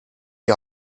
die